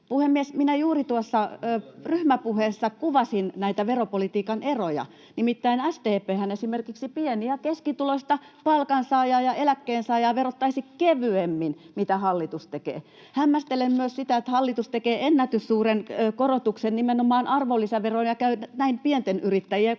minä juuri tuossa ryhmäpuheessa kuvasin näitä veropolitiikan eroja. Nimittäin SDP:hän esimerkiksi verottaisi pieni- ja keskituloista palkansaajaa ja eläkkeensaajaa kevyemmin kuin mitä hallitus tekee. Hämmästelen myös sitä, että hallitus tekee ennätyssuuren korotuksen nimenomaan arvonlisäveroon ja käy näin pienten yrittäjien ja kuluttajien